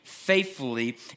faithfully